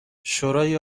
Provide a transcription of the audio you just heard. شورای